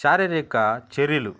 శారీరక చర్యలు